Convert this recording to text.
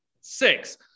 six